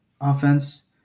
offense